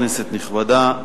כנסת נכבדה,